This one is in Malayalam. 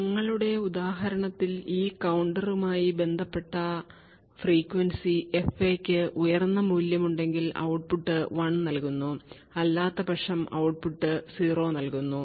ഞങ്ങളുടെ ഉദാഹരണത്തിൽ ഈ കൌണ്ടറുമായി ബന്ധപ്പെട്ട ഫ്രീക്വൻസി fA യ്ക്ക് ഉയർന്ന മൂല്യമുണ്ടെങ്കിൽ ഔട്ട്പുട്ട് 1 നൽകുന്നു അല്ലാത്തപക്ഷം ഔട്ട്പുട്ട് 0 നൽകുന്നു